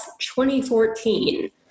2014